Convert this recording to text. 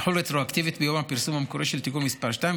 יחול רטרואקטיבית ביום הפרסום המקורי של תיקון מס' 2,